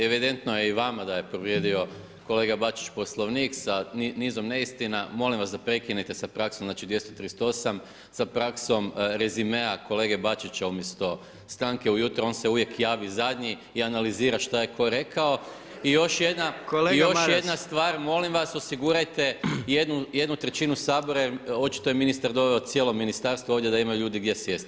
Evidentno je i vama da je povrijedio kolega Bačić poslovnik sa nizom neistina, molim vas da prekinite sa praksom, znači 238. sa praksom rezimea kolege Bačića, umjesto stanke ujutro, on se uvijek javi zadnji i analizira šta je tko rekao i još jedna stvar molim vas osigurajte 1/3 sabora, jer očito je ministar doveo cijelo ministarstvo ovdje da imaju ljudi gdje sjesti.